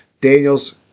Daniels